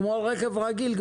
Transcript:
כמו רכב רגיל.